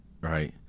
Right